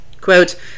quote